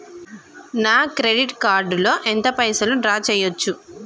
నా credit card లో ఎంత పైసల్ డ్రా చేయచ్చు?